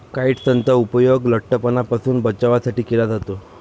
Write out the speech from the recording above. काइट्सनचा उपयोग लठ्ठपणापासून बचावासाठी केला जातो